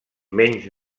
menys